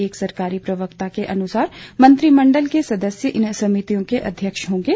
एक सरकारी प्रवक्ता के अनुसार मंत्रिमण्डल के सदस्य इन समितियों के अध्यक्ष होंगे